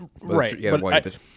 right